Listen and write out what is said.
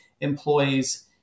employees